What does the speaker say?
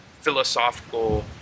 philosophical